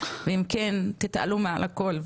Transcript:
ואם כן תתעלו מעל הכל,